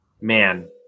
man